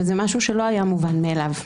וזה משהו שלא היה מובן מאליו.